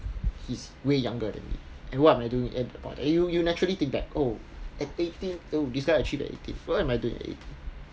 he's way younger than me and what am I doing about that you you naturally think that oh at eighteen oh this guy achieved at eighteen what am I doing at eighteen